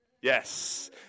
Yes